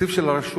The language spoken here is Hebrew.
התקציב של הרשות,